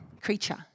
creature